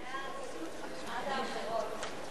בעד האחרות.